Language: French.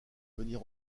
venir